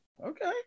okay